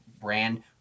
brand